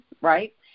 right